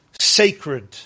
sacred